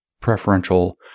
preferential